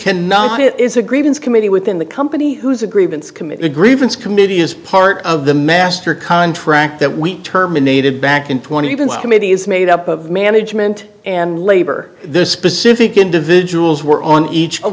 cannot it is a grievance committee within the company whose agreements committed a grievance committee is part of the master contract that we terminated back in twenty committee is made up of management and labor the specific individuals were on each of